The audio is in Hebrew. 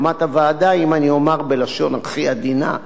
אם אני אומר בלשון הכי עדינה שיכולה להיות.